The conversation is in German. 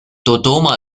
dodoma